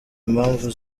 impamvu